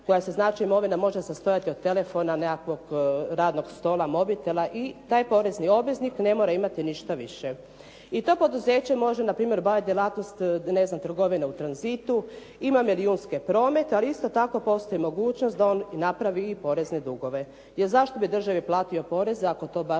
koja se znači imovina može sastojati od telefona, nekakvog radnog stola, mobitela i taj porezni obveznik ne mora imati ništa više. I to poduzeće može npr. …/Govornik se ne razumije./… ne znam trgovine u tranzitu, ima milijunski promet, ali isto tako postoji mogućnost da on i napravi i porezne dugove, jer zašto bi državi platio porez ako to baš i